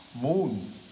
moon